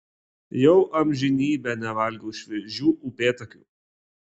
jau amžinybę nevalgiau šviežių upėtakių